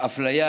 האפליה